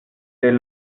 des